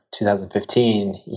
2015